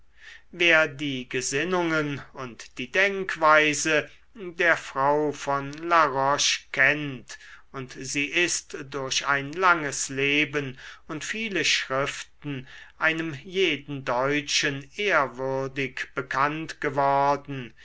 wer die gesinnungen und die denkweise der frau von la roche kennt und sie ist durch ein langes leben und viele schriften einem jeden deutschen ehrwürdig bekannt geworden